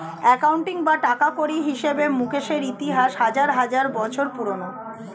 accounting বা টাকাকড়ির হিসেবে মুকেশের ইতিহাস হাজার হাজার বছর পুরোনো